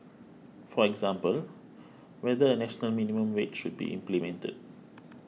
for example whether a national minimum wage should be implemented